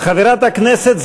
חברת הכנסת,